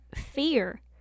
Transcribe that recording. fear